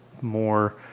more